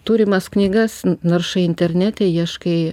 turimas knygas naršai internete ieškai